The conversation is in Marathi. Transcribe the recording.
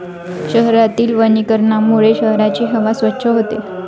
शहरातील वनीकरणामुळे शहराची हवा स्वच्छ होते